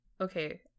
okay